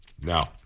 No